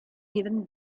even